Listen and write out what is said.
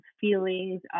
feelings